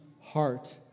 heart